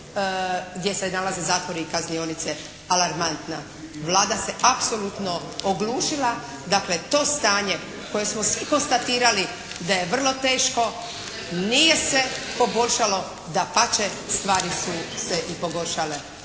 gdje se nalaze zatvori i kaznionice alarmantna. Vlada se apsolutno oglušila. Dakle to stanje koje smo svi konstatirali da je vrlo teško nije se poboljšalo. Dapače, stvari su se i pogoršale.